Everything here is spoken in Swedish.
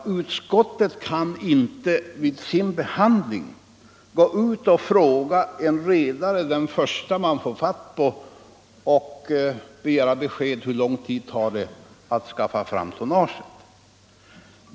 Men utskottet kan inte vid sin behandling av ärendet gå ut och fråga en redare, den förste man får fatt på, och begära besked om hur lång tid det tar att skaffa fram tonnage.